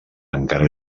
encara